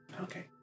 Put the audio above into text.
okay